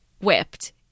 whipped